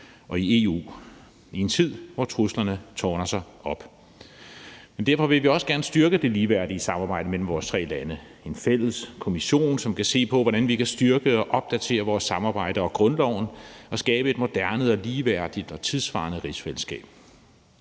og i EU i en tid, hvor truslerne tårner sig op. Derfor vil vi også gerne styrke det ligeværdige samarbejde mellem vores tre lande med en fælles kommission, som kan se på, hvordan vi kan styrke og opdatere vores samarbejde og grundloven og skabe et moderne, ligeværdigt og tidssvarende rigsfællesskab.